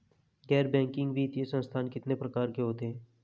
गैर बैंकिंग वित्तीय संस्थान कितने प्रकार के होते हैं?